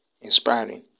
inspiring